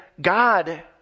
God